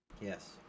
Yes